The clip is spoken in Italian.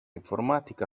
informatica